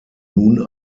nun